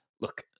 Look